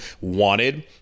wanted